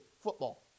football